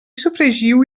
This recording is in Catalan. sofregiu